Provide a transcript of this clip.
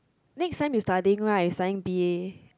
next time you studying right you study B_A